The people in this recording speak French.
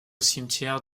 cimetière